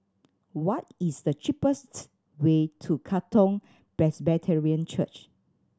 what is the cheapest way to Katong Presbyterian Church